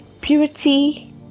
purity